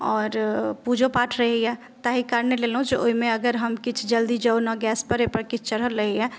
आओर पूजो पाठ रहैए ताहि कारणे लेलहुँ जे ओहिमे अगर हम किछु जल्दी जाउ ओना गैसपर किछु चढ़ल रहैए